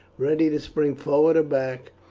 ready to spring forward or back,